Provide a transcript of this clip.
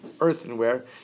earthenware